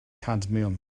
cadmiwm